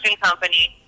company